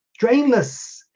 Drainless